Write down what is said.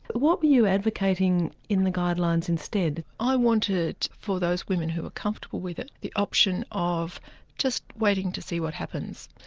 what were you advocating in the guidelines instead? i wanted for those women who were comfortable with it, the option of just waiting to see what happens.